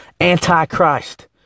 Antichrist